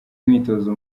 umwitozo